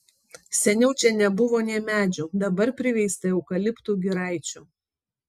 seniau čia nebuvo nė medžių dabar priveista eukaliptų giraičių